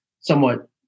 somewhat